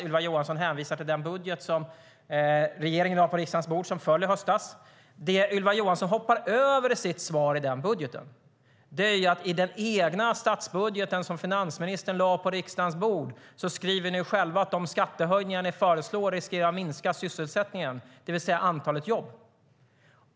Ylva Johansson hänvisar till den budget som regeringen lade på riksdagens bord och som föll i höstas. Det hon hoppar över i sitt svar är att i den statsbudget som finansministern lade fram skriver ni själva att de skattehöjningar ni föreslår riskerar att minska sysselsättningen, det vill säga antalet jobb.